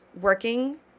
working